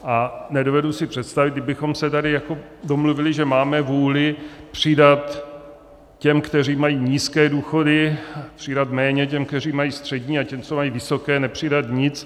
A nedovedu si představit, že bychom se tady jako domluvili, že máme vůli přidat těm, kteří mají nízké důchody, přidat méně těm, kteří mají střední, a těm, co mají vysoké, nepřidat nic.